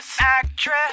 actress